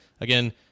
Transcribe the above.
again